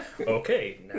Okay